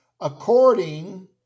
according